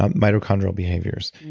um mitochondrial behaviors.